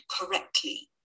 correctly